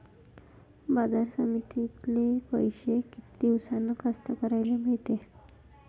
बाजार समितीतले पैशे किती दिवसानं कास्तकाराइले मिळते?